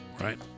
right